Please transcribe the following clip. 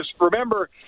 remember